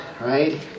right